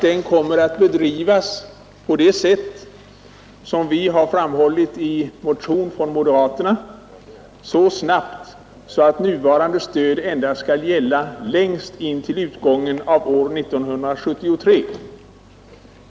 Dess arbete bör, som vi framhållit i vår motion, bedrivas så snabbt att reglerna för det nuvarande stödet endast skall gälla längst intill utgången av år 1973.